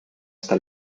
está